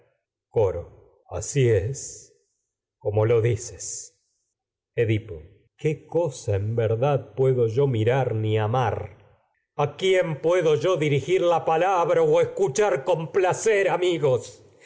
coro asi es como lo dices en edipo amar qué cosa verdad puedo yo o mirar ni a quién puedo yo dirigir la palabra de esta escuchar lo más con placer amigos